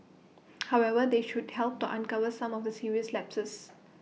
however they should help to uncover some of the serious lapses